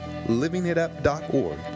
LivingItUp.org